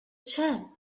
shall